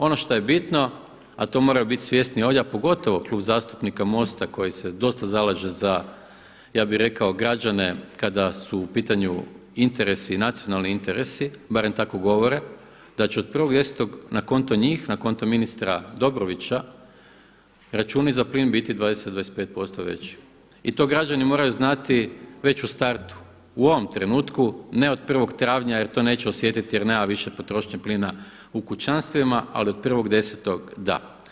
Ono što je bitno, a to moraju biti svjesni ovdje, a pogotovo Klub zastupnika MOST-a koji se dosta zalaže građane kada su u pitanju nacionalni interesi, barem tako govore, da će od 1.10. na konto njih, na konto ministra Dobrovića računi za plin biti 20, 25% veći i to građani moraju znati već u startu u ovom trenutku, ne od 1. travnja jer to neće osjetiti jer nema više potrošnje plina u kućanstvima, ali od 1.10. da.